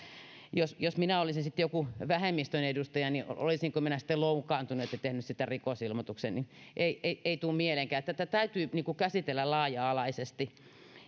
jos jos minä olisin sitten joku vähemmistön edustaja niin olisinko minä sitten loukkaantunut ja tehnyt siitä rikosilmoituksen ei ei tule mieleenkään tätä täytyy käsitellä laaja alaisesti